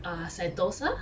ah sentosa